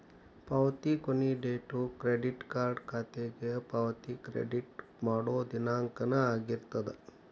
ಪಾವತಿ ಕೊನಿ date credit card ಖಾತೆಗೆ ಪಾವತಿ ಕ್ರೆಡಿಟ್ ಮಾಡೋ ದಿನಾಂಕನ ಆಗಿರ್ತದ